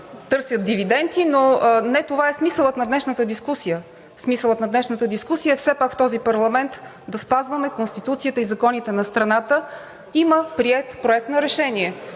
търсят дивиденти. Но не това е смисълът на днешната дискусия. Смисълът на днешната дискусия е все пак в този парламент да спазваме Конституцията и законите на страната. Има приет Проект на решение,